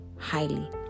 highly